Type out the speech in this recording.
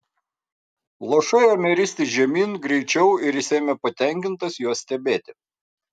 lašai ėmė ristis žemyn greičiau ir jis ėmė patenkintas juos stebėti